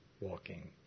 walking